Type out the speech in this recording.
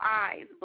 eyes